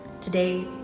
today